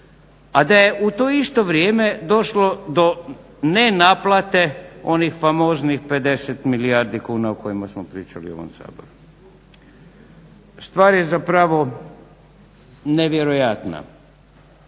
A da je u to isto vrijeme došlo do nenaplate onih famoznih 50 milijardi kuna o kojima smo pričali u ovom Saboru. Stvar je zapravo nevjerojatna.